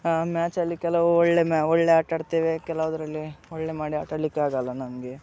ಮ್ಯಾಚಲ್ಲಿ ಕೆಲವು ಒಳ್ಳೆ ಮೆ ಒಳ್ಳೆ ಆಟ ಆಡ್ತೇವೆ ಕೆಲವುದಲ್ಲಿ ಒಳ್ಳೆ ಮಾಡಿ ಆಟ ಆಡ್ಲಿಕೆ ಆಗಲ್ಲ ನಮಗೆ